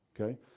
Okay